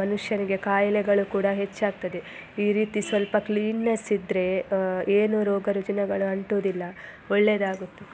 ಮನುಷ್ಯನಿಗೆ ಕಾಯಿಲೆಗಳು ಕೂಡ ಹೆಚ್ಚಾಗುತ್ತದೆ ಈ ರೀತಿ ಸ್ವಲ್ಪ ಕ್ಲೀನ್ನೆಸ್ ಇದ್ರೆ ಏನೂ ರೋಗ ರುಜಿನಗಳು ಅಂಟುವುದಿಲ್ಲ ಒಳ್ಳೆದಾಗುತ್ತೆ